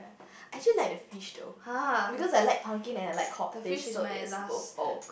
I actually like the fish though cause I like pumpkin and I like cod fish so it's both oh